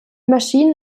maschinen